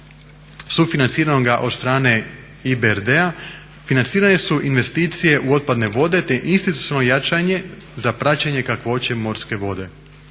sufinanciranoga od strane EBRD-a financirane su investicije u otpadne vode te institucionalno jačanje za praćenje kakvoće morske vode.